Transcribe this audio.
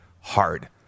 hard